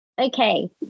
Okay